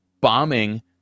bombing